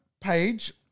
page